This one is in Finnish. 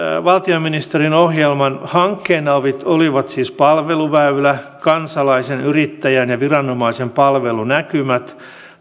valtiovarainministeriön ohjelman hankkeina olivat siis palveluväylä kansalaisen yrittäjän ja viranomaisen palvelunäkymät